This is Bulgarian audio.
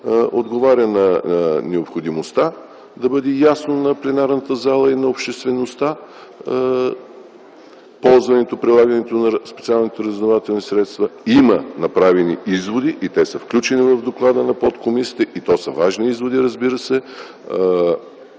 отговаря на необходимостта да бъде ясно на пленарната зала и на обществеността ползването, прилагането на специални разузнавателни средства. Има направени изводи и те са включени в доклада на подкомисията. Тези изводи са важни, разбира се.